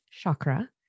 chakra